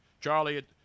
Charlie